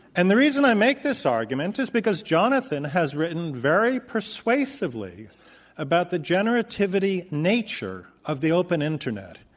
and the reason i make this argument is because jonathan has written very persuasively about the generativity nature of the open internet.